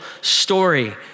story